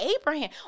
Abraham